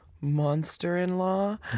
monster-in-law